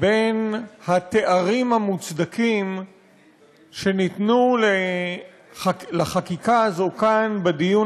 התארים המוצדקים שניתנו לחקיקה הזאת כאן,